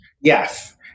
Yes